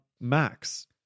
Max